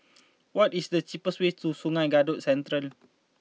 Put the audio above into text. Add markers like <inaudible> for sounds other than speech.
<noise> what is the cheapest way to Sungei Kadut Central